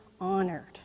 honored